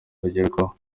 bagerwaho